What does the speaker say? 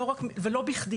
ולא בכדי,